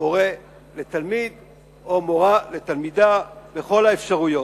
מורָה לתלמיד או מורָה לתלמידה, כל האפשרויות,